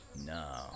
No